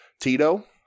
tito